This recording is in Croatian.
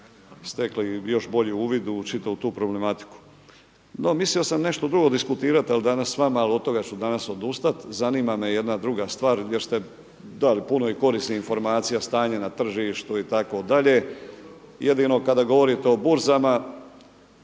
stekli još bolji uvid u čitavu tu problematiku. No, mislio sam ne što drugo diskutirati danas s vama ali od toga ću danas odustati, zanima me jedna druga stvar jer ste dali puno korisnih informacija, stanje na tržištu itd. jedino kada govorite o burzama,